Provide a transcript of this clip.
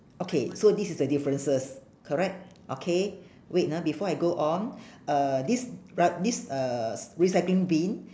okay so this is the differences correct okay wait ah before I go on uh this rig~ this uh recycling bin